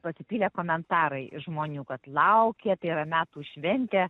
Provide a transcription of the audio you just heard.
pasipylė komentarai žmonių kad laukia tai yra metų šventė